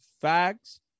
facts